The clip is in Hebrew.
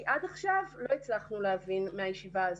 כי עד עכשיו לא הצלחנו להבין מהישיבה הזו.